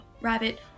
rabbit